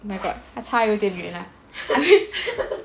oh my god 差的有点远 ah